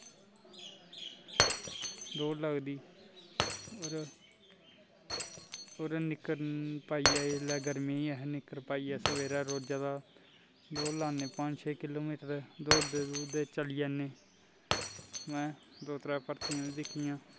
दौड़ लगदी और इसलै निक्कर पाईयै इसलै गर्मी ऐ असैं निक्कर पाईयै सवेरै रोज्जै दै दौड़ लान्ने पंज छो किलो मीटर दौड़दे दौड़दे चली जन्ने में दो त्रै भर्थियां बी दिक्खियां